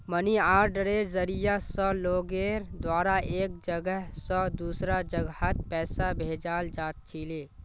money आर्डरेर जरिया स लोगेर द्वारा एक जगह स दूसरा जगहत पैसा भेजाल जा छिले